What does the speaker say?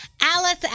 Alice